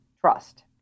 trust